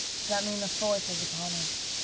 does that mean the fourth is upon us?